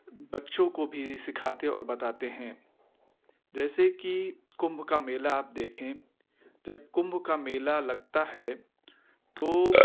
بچوں کو بھی سکھاتے اور بتاتے ہیں جیسے کہ کمبھ کا میلا آپ دیکھیں جب کمبھ کا میلا لگتا ہے تو